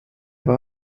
war